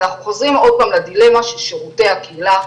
ואנחנו חוזרים עוד פעם לדיון של שירותי הקהילה,